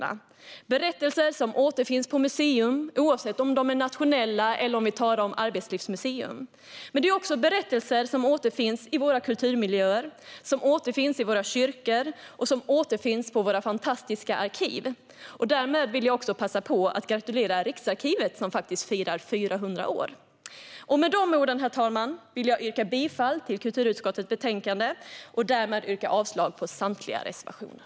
Det är berättelser som återfinns på museum, oavsett om vi talar om de nationella museerna eller om arbetslivsmuseum. Men det är också berättelser som återfinns i våra kulturmiljöer, i våra kyrkor och på våra fantastiska arkiv. Därmed vill jag passa på att gratulera Riksarkivet, som faktiskt firar 400 år. Med de orden, herr talman, yrkar jag bifall till kulturutskottets förslag och därmed avslag på samtliga reservationer.